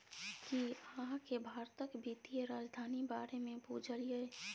कि अहाँ केँ भारतक बित्तीय राजधानी बारे मे बुझल यै?